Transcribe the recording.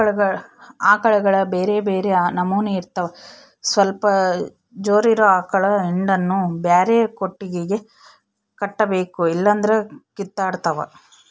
ಆಕಳುಗ ಬ್ಯೆರೆ ಬ್ಯೆರೆ ನಮನೆ ಇರ್ತವ ಸ್ವಲ್ಪ ಜೋರಿರೊ ಆಕಳ ಹಿಂಡನ್ನು ಬ್ಯಾರೆ ಕೊಟ್ಟಿಗೆಗ ಕಟ್ಟಬೇಕು ಇಲ್ಲಂದ್ರ ಕಿತ್ತಾಡ್ತಾವ